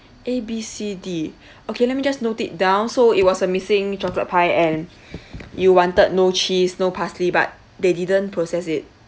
A B C D okay let me just note it down so it was a missing chocolate pie and you wanted no cheese no parsley but they didn't process it